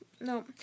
no